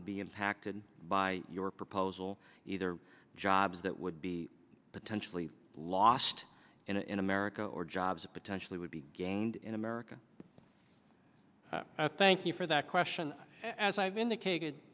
would be impacted by your proposal either jobs that would be potentially lost in america or jobs potentially would be gained in america thank you for that question as i've indicated